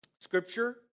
Scripture